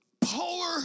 polar